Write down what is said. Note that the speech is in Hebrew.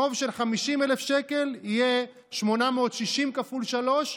על חוב של 50,000 שקל יהיה 860 כפול שלוש,